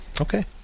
Okay